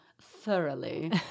thoroughly